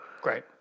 Great